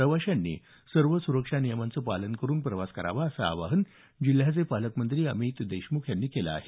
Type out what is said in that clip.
प्रवाशांनी सर्व सुरक्षा नियमाचे पालन करून प्रवास करावा असं आवाहन जिल्ह्याचे पालकमंत्री अमित देशमुख यांनी केलं आहे